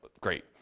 great